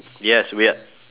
yes weird